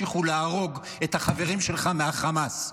חיילי צה"ל ימשיכו להרוג את החברים שלך מהחמאס.